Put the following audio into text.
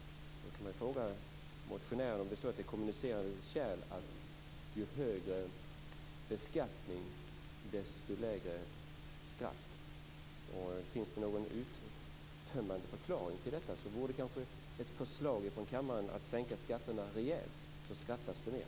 Man kan då fråga motionären om det är fråga om kommunicerande kärl, dvs. ju högre beskattning, desto lägre skratt. Kunde det ges någon uttömmande förklaring till detta, skulle det kanske i kammaren kunna väckas ett förslag om att sänka skatterna rejält, så skulle det skrattas mer.